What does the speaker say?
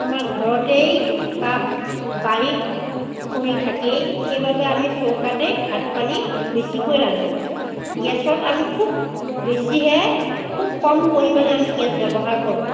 আমাৰ ঘৰতেই বা বাৰীত খৰি থাকেই সেইবাবে আমি চৌকাতেই ভাত পানী বেছিকৈ ৰান্ধো গেছত আমি খুব বেছিহে খুব কম পৰিমাণে আমি গেছ ব্যৱহাৰ কৰোঁ